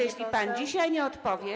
Jeśli pan dzisiaj nie odpowie.